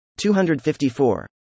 254